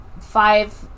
five